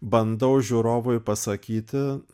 bandau žiūrovui pasakyti